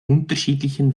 unterschiedlichen